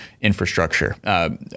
infrastructure